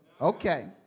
Okay